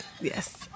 Yes